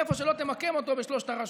איפה שלא תמקם אותו בשלוש הרשויות,